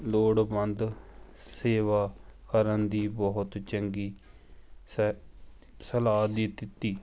ਲੋੜਵੰਦ ਸੇਵਾ ਕਰਨ ਦੀ ਬਹੁਤ ਚੰਗੀ ਸਹਿ ਸਲਾਹ ਵੀ ਦਿੱਤੀ